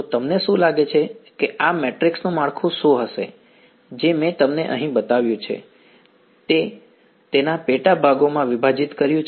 તો તમને શું લાગે છે કે આ મેટ્રિક્સનું માળખું શું હશે જે મેં તમને અહીં બતાવ્યું છે મેં તેને પેટા ભાગોમાં વિભાજિત કર્યું છે